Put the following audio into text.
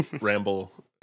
ramble